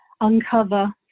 uncover